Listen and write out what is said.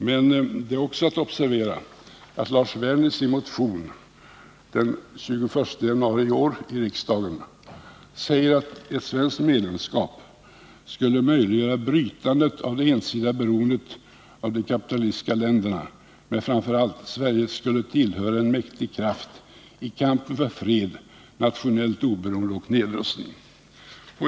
Men det är också att observera att Lars Werner i sin motion till riksdagen den 21 januari i år säger att ett svenskt medlemskap skulle möjliggöra brytandet av det ensidiga beroendet av de kapitalistiska länderna, men framför allt att Sverige skulle tillhöra en mäktig kraft i kampen för fred, nationellt oberoende och nedrustning.